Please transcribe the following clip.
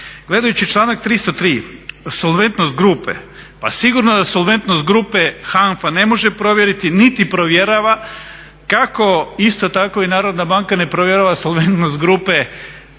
Gledajući članak 303.solventnost grupe, pa sigurno da solventnost grupe HANFA ne može provjeriti, niti provjerava kako isto tako i Narodna banka ne provjerava solventnost grupe